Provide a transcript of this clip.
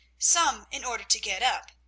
some in order to get up,